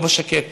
הרוב השקט,